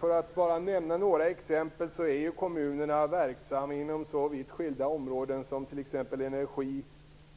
För att bara nämna några exempel är kommunerna verksamma inom så vitt skilda områden som energi,